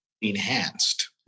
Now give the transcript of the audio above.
enhanced